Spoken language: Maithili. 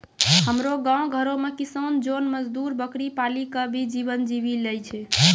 हमरो गांव घरो मॅ किसान जोन मजदुर बकरी पाली कॅ भी जीवन जीवी लॅ छय